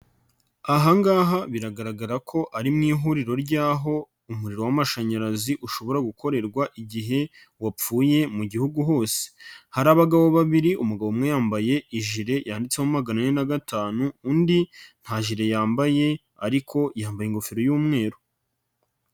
Aha ngaha biragaragara ko ari mu ihuriro ry'aho umuriro w'amashanyarazi ushobora gukorerwa igihe wapfuye mu gihugu hose, hari abagabo babiri umugabo umwe yambaye ijire yanditseho maganae na gatanu, undi nta jire yambaye ariko yambaye ingofero y'umweru.